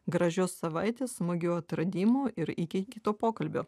gražios savaitės smagių atradimų ir iki kito pokalbio